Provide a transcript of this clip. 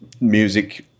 music